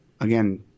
again